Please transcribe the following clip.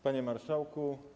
Panie Marszałku!